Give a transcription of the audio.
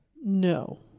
no